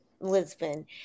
Lisbon